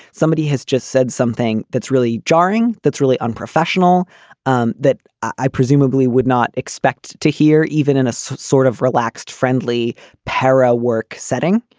somebody has just said something that's really jarring, that's really unprofessional um that i presumably would not expect to hear even in a so sort of relaxed, friendly para work setting.